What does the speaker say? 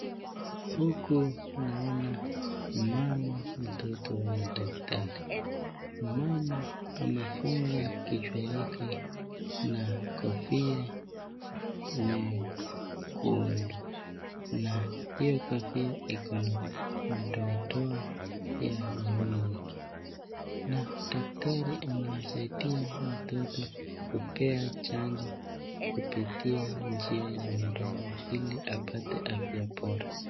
Huku naona mama mtoto na daktari mama amefunga kichwa yake na kofia nyekundu na hiyo kofia iko na madoadoa ya nyeusi na daktari anamsaidia mtoto kumpea chanjo kupitia njia ya mdomo ili apate afya bora.